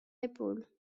épaule